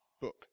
book